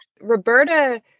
Roberta